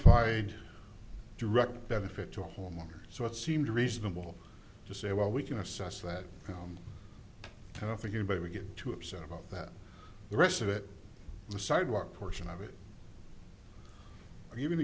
ed direct benefit to homeowners so it seemed reasonable to say well we can assess that home i don't think anybody would get too upset about that the rest of it the sidewalk portion of it or even